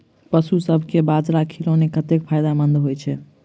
पशुसभ केँ बाजरा खिलानै कतेक फायदेमंद होइ छै?